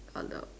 color